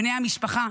בני המשפחה,